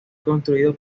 construido